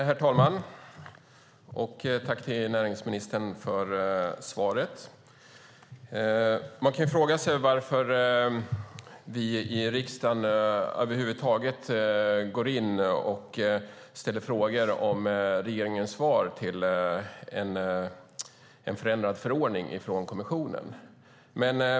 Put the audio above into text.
Herr talman! Jag tackar näringsministern för svaret. Man kan fråga sig varför vi i riksdagen över huvud taget ställer frågor om regeringens svar till en förändrad förordning från kommissionen.